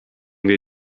they